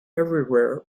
everywhere